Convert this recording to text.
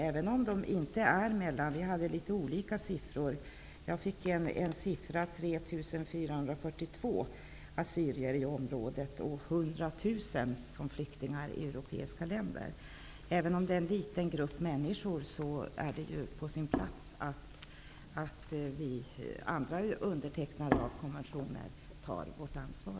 Jag har fått veta att det finns 3 442 assyrier i området och 100 000 såsom flyktingar i europeiska länder. Även om det är en liten grupp människor, måste vi såsom undertecknare av konventionen ta vårt ansvar.